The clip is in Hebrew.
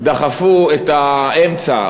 דחפו את האמצע,